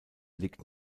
liegt